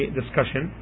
discussion